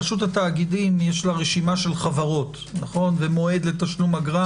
לרשות התאגידים יש רשימת חברות ומועד לתשלום אגרה